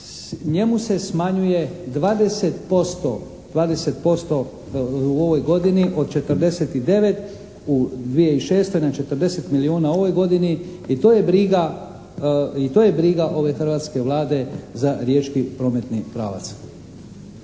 njemu se smanjuje 20% u ovoj godini od 49 u 2006. na 40 milijuna u ovoj godini i to je briga ove hrvatske Vlade za riječki prometni pravac.